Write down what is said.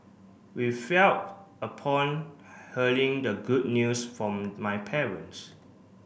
we felt upon hearing the good news from my parents